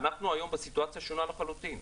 אנחנו היום בסיטואציה שונה לחלוטין.